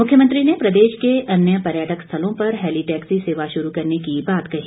मुख्यमंत्री ने प्रदेश के अन्य पर्यटक स्थलों पर हैली टैक्सी सेवा शुरू करने की बात कही